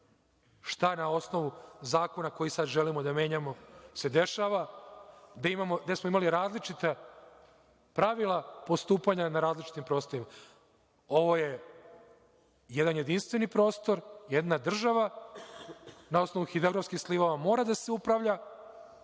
šta na osnovu zakona koji sada želimo da menjamo se dešava, gde smo imali različita pravila postupanja na različitim prostorima. Ovo je jedan jedinstveni prostor, jedna država. Na osnovu hidrografskih slivova mora da se upravlja,